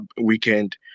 weekend